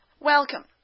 Welcome